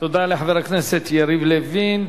תודה לחבר הכנסת יריב לוין.